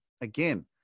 again